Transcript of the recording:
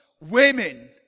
women